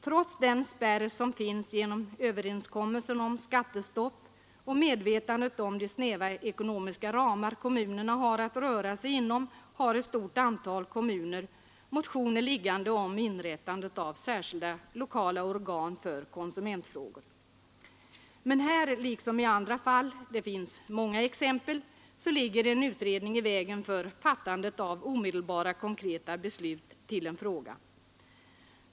Trots den spärr som finns genom överenskommelsen om skattestopp och medvetandet om de snäva ekonomiska ramar kommunerna har att röra sig inom har ett stort antal kommuner motioner liggande om inrättande om särskilda lokala organ för konsumentfrågor. Men här liksom i andra fall — det finns det många exempel på — ligger en utredning i vägen för fattandet av omedelbara konkreta beslut.